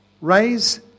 Raise